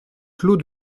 clos